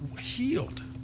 healed